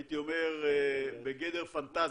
הייתי אומר, בגדר פנטזיה.